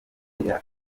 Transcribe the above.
utemera